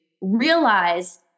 realize